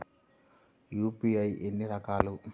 UPI ఎన్ని రకాలు?